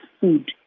food